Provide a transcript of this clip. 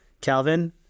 calvin